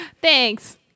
Thanks